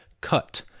cut